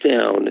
down